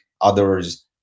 others